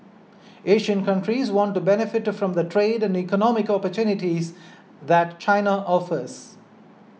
Asian countries want to benefit from the trade and economic opportunities that China offers